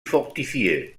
fortifié